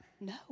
no